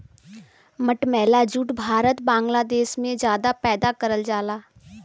मटमैला जूट भारत बांग्लादेश में जादा पैदा करल जाला